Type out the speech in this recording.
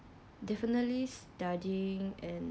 definitely studying and